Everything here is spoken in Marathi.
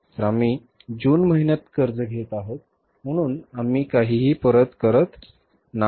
तर आम्ही जून महिन्यात कर्ज घेत आहोत म्हणून आम्ही काहीही परत करत नाही